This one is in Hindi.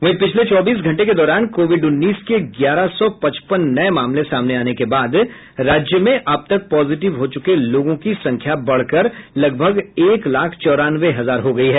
वहीं पिछले चौबीस घंटे के दौरान कोविड उन्नीस के ग्यारह सौ पचपन नए मामले सामने आने के बाद राज्य में अब तक पॉजिटिव हो चुके लोगों की संख्या बढ़कर लगभग एक लाख चौरानवे हजार हो गई है